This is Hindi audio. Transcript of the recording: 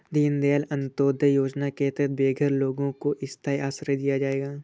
दीन दयाल अंत्योदया योजना के तहत बेघर लोगों को स्थाई आश्रय दिया जाएगा